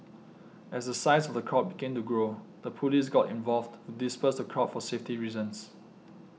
as the size of the crowd began to grow the police got involved to disperse the crowd for safety reasons